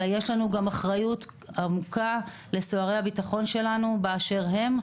אלא יש לנו אחריות עמוקה גם לסוהרי הביטחון שלנו באשר הם.